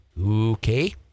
Okay